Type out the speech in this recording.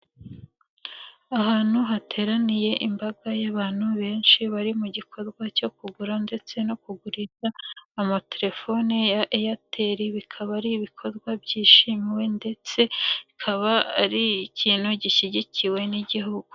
Ahantu hateraniye imbaga y'abantu benshi bari mu gikorwa cyo kugura ndetse no kugurisha amatelefone ya Airtel, bikaba ari ibikorwa byishimiwe ndetse bikaba ari ikintu gishyigikiwe n'igihugu.